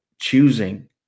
choosing